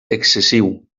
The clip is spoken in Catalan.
excessiu